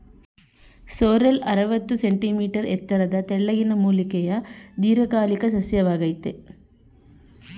sorrel ಅರವತ್ತು centimetre ಎತ್ತರದ ತೆಳ್ಳಗಿನ ಮೂಲಿಕೆಯ ದೀರ್ಘಕಾಲಿಕ ಸಸ್ಯವಾಗಯ್ತೆ